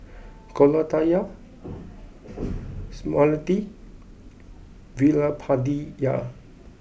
Koratala Smriti Veerapandiya